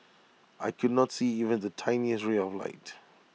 I could not see even the tiniest ray of light